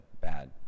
bad